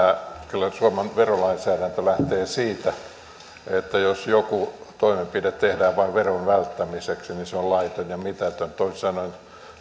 kyllä suomen verolainsäädäntö lähtee siitä että jos joku toimenpide tehdään vain veron välttämiseksi niin se on laiton ja mitätön toisin sanoen